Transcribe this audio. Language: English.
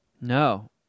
No